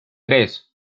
tres